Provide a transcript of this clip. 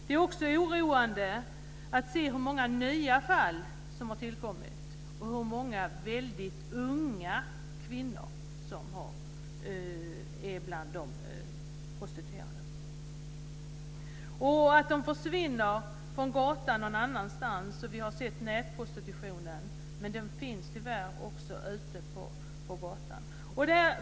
Det är också oroande att många nya fall har tillkommit. Många unga kvinnor finns bland de prostituerade. De försvinner från gatan någon annanstans. Vi har sett nätprostitutionen. Men prostitutionen finns tyvärr också ute på gatan.